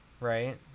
right